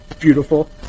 Beautiful